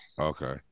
Okay